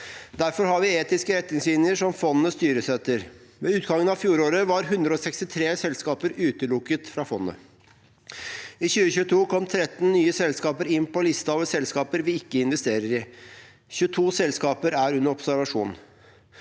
Derfor har vi etiske retningslinjer som fondene styres etter. Ved utgangen av fjoråret var 163 selskaper utelukket fra Statens pensjonsfond utland. I 2022 kom 13 nye selskaper inn på listen over selskaper vi ikke investerer i. 22 selskaper er under observasjon.